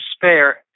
despair